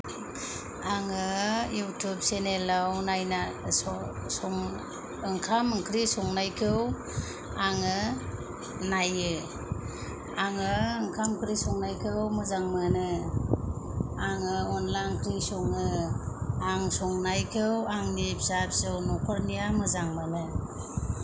आङो इउटिउब चेनेलाव नायना सं सं ओंखाम ओंख्रि संनायखौ आङो नायो आङो ओंखाम ओंख्रि संनायखौ मोजां मोनो आङो अनला ओंख्रि सङो आं संनायखौ आंनि फिसा फिसौ नखरनिया मोजां मोनो